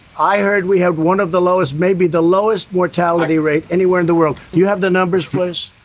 i heard we have one of the lowest, maybe the lowest mortality rate anywhere in the world. you have the numbers, please.